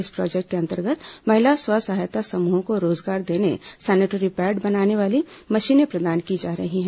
इस प्रोजेक्ट के अंतर्गत महिला स्वसहायता समूहों को रोजगार देने सैनिटरी पैड बनाने वाली मशीनें प्रदान की जा रही हैं